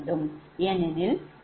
ஏனெனில் இது மிகுதியாக உள்ளது